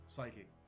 Psychic